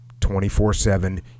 24/7